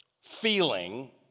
feeling